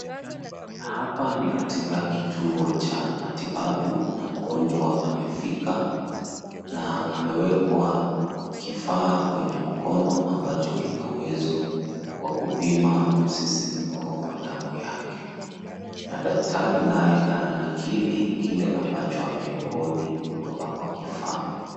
Hapa ni katika kituo cha matibabu na mgonjwa amefika na amewekwa kifaa kwenye mkono, ambacho kina uwezo wa kupima msisimuko wa damu yake na daktari naye, ananakili kile ambacho amerekodi kutoka kwa kifaa.